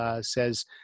says